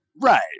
Right